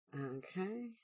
Okay